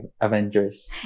Avengers